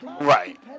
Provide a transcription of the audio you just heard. right